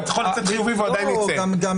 כי הוא יכול לצאת חיובי והוא עדיין ייצא מהבית.